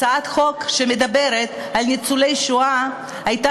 הצעת חוק שמדברת על ניצולי השואה הייתה